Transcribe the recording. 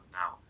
now